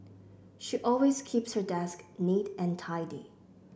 she always keeps her desk neat and tidy